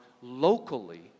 locally